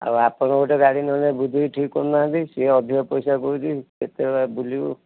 ଆଉ ଆପଣ ଗୋଟେ ଗାଡ଼ି ନହେଲେ ନାଇଁ ବୁଝିକି ଠିକ୍ କରୁ ନାହାଁନ୍ତି ସେ ଅଧିକ ପଇସା କହୁଛି କେତେ ଆଡ଼େ ବୁଲିବୁ